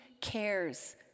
cares